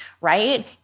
right